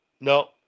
No